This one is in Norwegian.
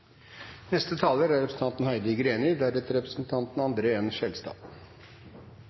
Neste taler er representanten